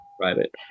private